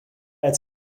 als